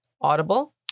audible